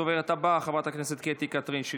הדוברת הבאה, חברת הכנסת קטי קטרין שטרית,